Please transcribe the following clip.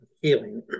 healing